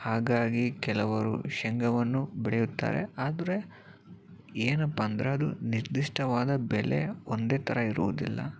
ಹಾಗಾಗಿ ಕೆಲವರು ಶೇಂಗವನ್ನು ಬೆಳೆಯುತ್ತಾರೆ ಆದರೆ ಏನಪ್ಪ ಅಂದರೆ ಅದು ನಿರ್ದಿಷ್ಟವಾದ ಬೆಲೆ ಒಂದೇ ಥರ ಇರುವುದಿಲ್ಲ